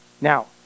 Now